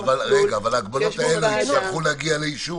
--- אבל ההגבלות האלה יצטרכו להגיע לאישור?